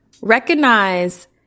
recognize